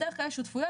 בדרך כלל יש שותפויות,